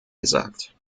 gesagt